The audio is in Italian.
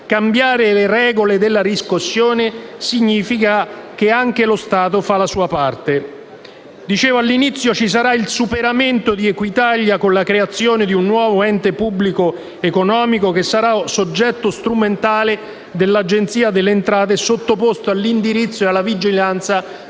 cambiare le regole della riscossione significa che anche lo Stato fa la sua parte. All'inizio ci sarà il superamento di Equitalia, con la creazione di un nuovo ente pubblico economico che sarà soggetto strumentale dell'Agenzia delle entrate e sottoposto all'indirizzo e alla vigilanza del